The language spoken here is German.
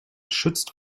schützt